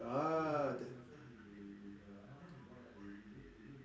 ah then